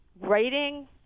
writing